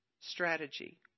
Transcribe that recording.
Strategy